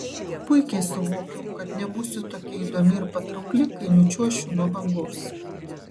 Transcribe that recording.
puikiai suvokiu kad nebūsiu tokia įdomi ir patraukli kai nučiuošiu nuo bangos